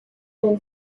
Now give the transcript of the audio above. been